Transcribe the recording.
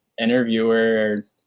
interviewer